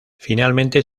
finalmente